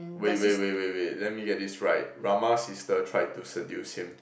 wait wait wait wait wait let me get this right Rama's sister tried to seduce him